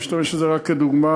אני משתמש בזה רק כדוגמה,